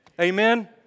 Amen